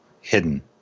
hidden